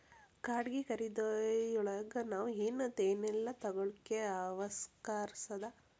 ಬಾಡ್ಗಿ ಖರಿದಿಯೊಳಗ್ ನಾವ್ ಏನ್ ಏನೇಲ್ಲಾ ತಗೊಳಿಕ್ಕೆ ಅವ್ಕಾಷದ?